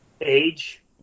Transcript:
age